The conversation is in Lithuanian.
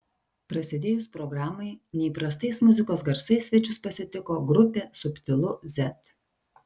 prasidėjus programai neįprastais muzikos garsais svečius pasitiko grupė subtilu z